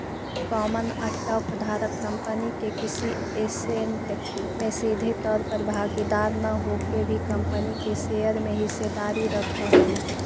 common stock धारक company के किसी ऐसेट में सीधे तौर पर भागीदार न होके भी कंपनी के शेयर में हिस्सेदारी रखऽ हइ